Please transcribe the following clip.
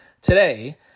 today